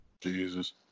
Jesus